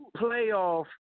playoff